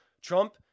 Trump